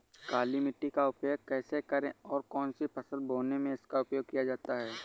काली मिट्टी का उपयोग कैसे करें और कौन सी फसल बोने में इसका उपयोग किया जाता है?